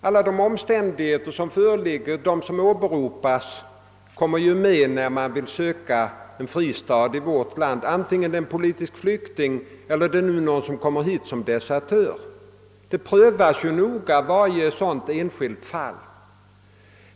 Alla omständigheter som åberopas kommer med vid bedömningen av den som söker en fristad i vårt land, vare sig han är politisk flykting eller har kommit hit som desertör, och varje sådant enskilt fall prövas ju noga.